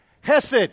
Hesed